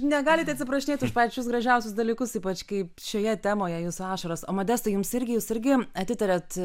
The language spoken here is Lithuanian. negalite atsiprašinėt už pačius gražiausius dalykus ypač kai šioje temoje jūsų ašaros o modestai jums irgi jūs irgi atitariat